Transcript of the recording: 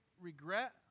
regret